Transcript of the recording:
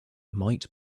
might